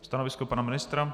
Stanovisko pana ministra?